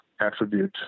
attribute